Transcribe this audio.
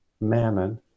mammon